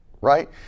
right